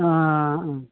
अ